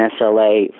SLA